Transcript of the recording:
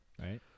Right